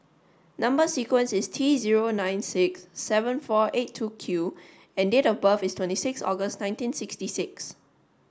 number sequence is T zero nine six seven four eight two Q and date of birth is twenty six August nineteen sixty six